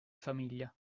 famiglia